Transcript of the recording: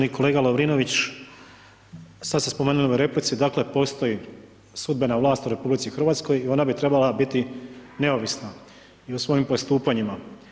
Uvaženi kolega Lovrinović, sada ste spomenuli u ovoj replici, dakle postoji sudbena vlast u RH i ona bi trebala biti neovisna i u svojim postupanjima.